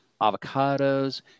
avocados